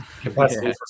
capacity